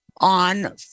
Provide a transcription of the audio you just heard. On